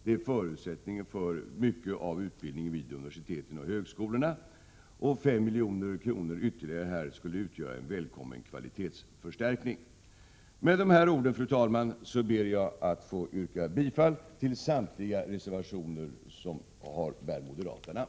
Det är förutsättningen för mycket av utbildningen på universiteten och högskolorna. 5 milj.kr. ytterligare skulle här utgöra en välkommen kvalitetsförstärkning. Fru talman! Med det anförda ber jag att få yrka bifall till samtliga reservationer som bär moderata namn.